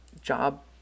job